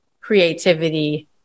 creativity